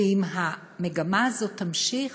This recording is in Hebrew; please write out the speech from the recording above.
ואם המגמה הזאת תימשך,